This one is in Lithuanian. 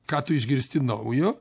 ką tu išgirsti naujo